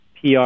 PR